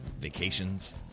vacations